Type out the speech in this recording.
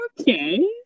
Okay